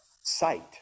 sight